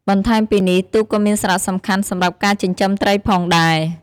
បន្ថែមពីនេះ ទូកក៏មានសារៈសំខាន់សម្រាប់ការចិញ្ចឹមត្រីផងដែរ។